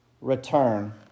return